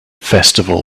festival